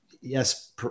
yes